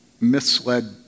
misled